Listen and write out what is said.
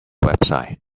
website